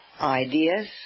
ideas